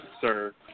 sir